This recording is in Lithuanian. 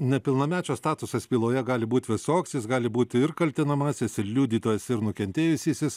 nepilnamečio statusas byloje gali būt visoks jis gali būti ir kaltinamasis ir liudytojas ir nukentėjusysis